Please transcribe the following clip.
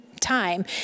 time